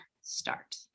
start